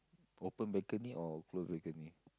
open balcony or close balcony